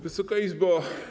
Wysoka Izbo!